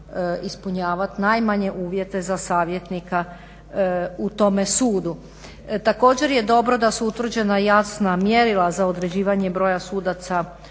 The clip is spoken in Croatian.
najmanje uvjete za savjetnika u tome sudu. Također je dobro da su utvrđena jasna mjerila za određivanje broja sudaca